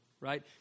right